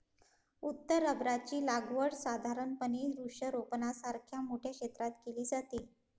उत्तर रबराची लागवड साधारणपणे वृक्षारोपणासारख्या मोठ्या क्षेत्रात केली जाते